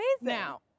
now